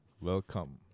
welcome